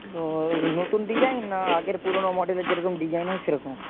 ও নতুন ডিজাইন না আগের পুরনো মডেলের যেরকম ডিজাইন হয় সেরকম